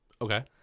Okay